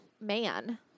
man